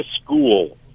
school